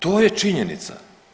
To je činjenica.